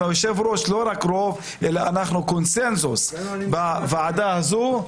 עם יושב-הראש לא רק רוב אלא קונצנזוס בוועדה הזו,